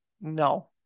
No